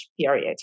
period